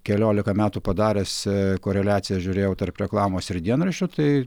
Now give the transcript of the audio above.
keliolika metų padaręs koreliaciją žiūrėjau tarp reklamos ir dienraščio tai